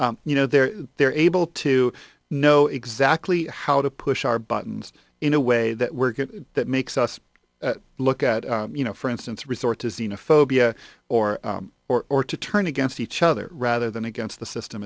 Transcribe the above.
that you know they're they're able to know exactly how to push our buttons in a way that we're good that makes us look at you know for instance resort to zina phobia or or or to turn against each other rather than against the system